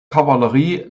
kavallerie